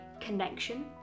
connection